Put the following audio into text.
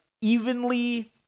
evenly